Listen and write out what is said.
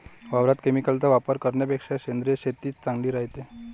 वावरात केमिकलचा वापर करन्यापेक्षा सेंद्रिय शेतीच चांगली रायते